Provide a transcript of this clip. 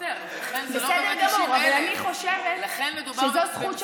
ואם הוא רוצה אז הוא יוותר.